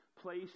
Place